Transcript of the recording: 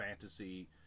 fantasy